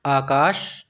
आकाश